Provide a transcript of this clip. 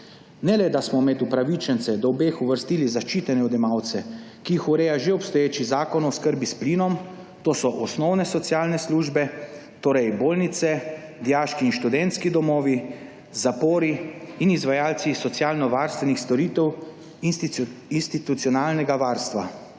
Ne le da smo med upravičence do obeh uvrstili zaščitene odjemalce, ki jih ureja že obstoječi zakon o oskrbi s plinom, to so osnovne socialne službe, torej bolnice, dijaški in študentski domovi, zapori in izvajalci socialnovarstvenih storitev institucionalnega varstva.